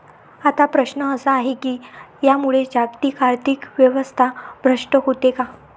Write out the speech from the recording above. आता प्रश्न असा आहे की यामुळे जागतिक आर्थिक व्यवस्था भ्रष्ट होते का?